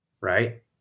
right